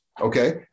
okay